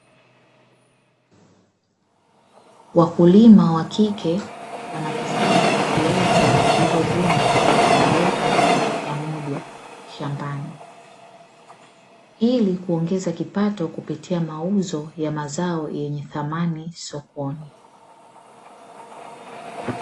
Wakulima wa kike wanakusanya viazi walivyovuna na kuviweka kwa pamoja shambani, ili kuongeza kipato kupitia mauzo ya mazao yenye thamani sokoni.